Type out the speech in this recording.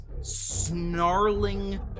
snarling